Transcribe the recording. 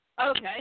Okay